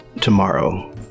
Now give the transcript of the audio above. tomorrow